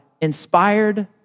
Inspired